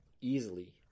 easily